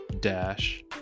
dash